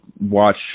watch